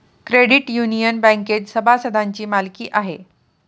credit union बँकेत सभासदांची मालकी आहे